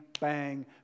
bang